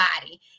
body